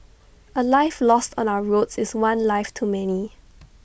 A life lost on our roads is one life too many